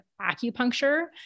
acupuncture